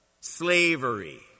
slavery